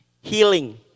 healing